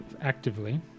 actively